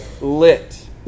lit